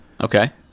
okay